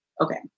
okay